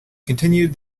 continued